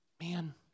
Man